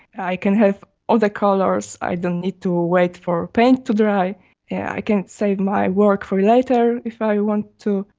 i can have all the colours, i don't need to ah wait for paint to dry, and yeah i can save my work for later if i want to.